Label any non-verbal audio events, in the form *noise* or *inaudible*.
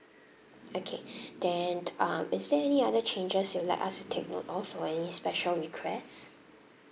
okay *breath* then um is there any other changes you'd like us to take note of or any special requests